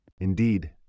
Indeed